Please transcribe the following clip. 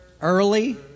Early